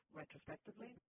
Retrospectively